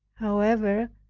however,